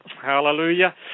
Hallelujah